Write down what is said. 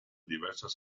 diversas